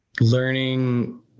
learning